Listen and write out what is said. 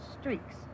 streaks